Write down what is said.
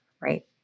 right